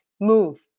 move